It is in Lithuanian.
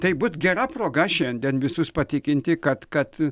tai būt gera proga šiandien visus patikinti kad kad